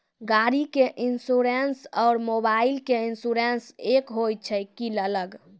गाड़ी के इंश्योरेंस और मोबाइल के इंश्योरेंस एक होय छै कि अलग?